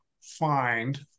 find